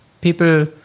people